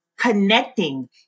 connecting